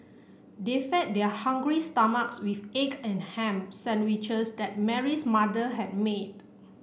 they fed their hungry stomachs with egg and ham sandwiches that Mary's mother had made